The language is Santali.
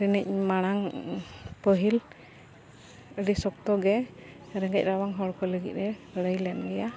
ᱨᱤᱱᱤᱡ ᱢᱟᱲᱟᱝ ᱯᱟᱹᱦᱤᱞ ᱟᱹᱰᱤ ᱥᱚᱠᱛᱚᱜᱮ ᱨᱮᱸᱜᱮᱡ ᱨᱟᱵᱟᱝ ᱦᱚᱲ ᱠᱚ ᱞᱟᱹᱜᱤᱫᱼᱮ ᱞᱟᱹᱲᱦᱟᱹᱭ ᱞᱮᱱ ᱜᱮᱭᱟ